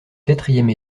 quatrième